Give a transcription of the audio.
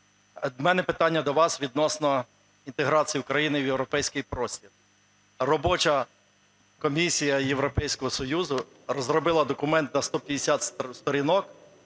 у мене питання до вас відносно інтеграції України в європейський простір. Робоча комісія Європейського Союзу розробила документ на 150 сторінок,